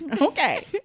Okay